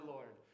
Lord